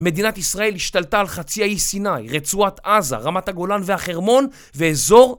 מדינת ישראל השתלטה על חצי אי-סיני, רצועת עזה, רמת הגולן והחרמון ואזור...